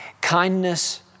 Kindness